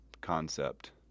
concept